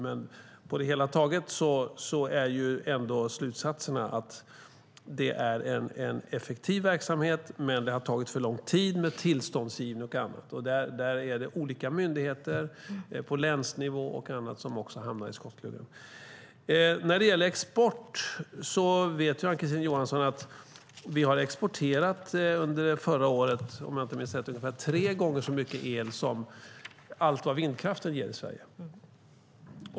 Men på det hela taget är slutsatserna att det är en effektiv verksamhet men att det har tagit för lång tid med tillståndsgivning och annat. Där är det olika myndigheter på länsnivå och så vidare som också hamnar i skottgluggen. När det gäller export vet Ann-Kristine Johansson att vi under förra året har exporterat, om jag minns rätt, ungefär tre gånger så mycket el som vindkraften ger i Sverige.